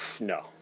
No